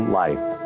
life